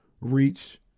reach